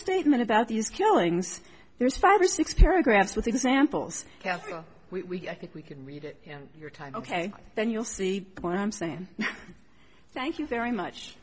statement about these killings there's five or six paragraphs with examples we think we can read your time ok then you'll see what i'm saying thank you very much